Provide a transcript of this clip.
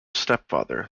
stepfather